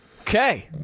Okay